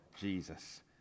Jesus